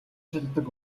чаддаг